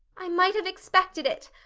i might have expected it.